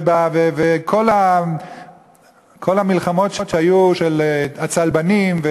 וכל המלחמות שהיו של הצלבנים,